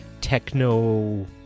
techno